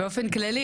באופן כללי,